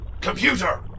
Computer